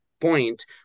point